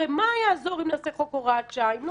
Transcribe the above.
הרי מה יעזור אם נעשה חוק הוראת שעה אם לא